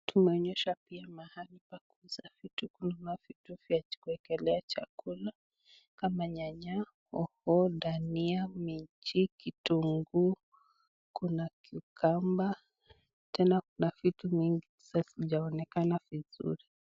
Tunaonyeshwa pia mahali pakuuza vitu kama vitu vya kuwekelea chakula kama hoho, dania, minji, kitunguu kuna cucumber tena kuna vitu nyingi hajijaonekana vizuri.